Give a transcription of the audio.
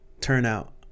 turnout